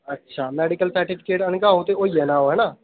अच्छा medical certificate आह्नगा ओह् ते होई जाना ओह् ऐ ना